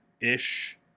ish